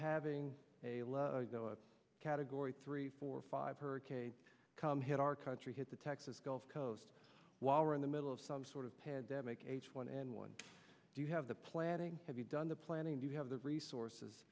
having a low category three four or five hurricanes come hit our country hit the texas gulf coast while we're in the middle of some sort of pandemic h one n one do you have the planning have you done the planning to have the resources